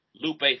Lupe